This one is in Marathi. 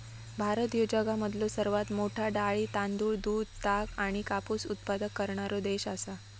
भारत ह्यो जगामधलो सर्वात मोठा डाळी, तांदूळ, दूध, ताग आणि कापूस उत्पादक करणारो देश आसा